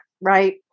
right